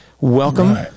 welcome